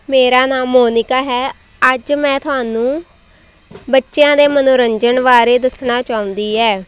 ਮੇਰਾ ਨਾਮ ਮੋਨੀਕਾ ਹੈ ਅੱਜ ਮੈਂ ਤੁਹਾਨੂੰ ਬੱਚਿਆਂ ਦੇ ਮਨੋਰੰਜਨ ਬਾਰੇ ਦੱਸਣਾ ਚਾਹੁੰਦੀ ਹੈ